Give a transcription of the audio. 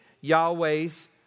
Yahweh's